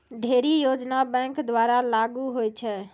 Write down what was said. ढ़ेरी योजना बैंक द्वारा लागू होय छै